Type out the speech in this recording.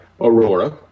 Aurora